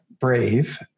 brave